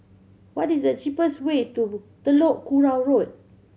what is the cheapest way to Telok Kurau Road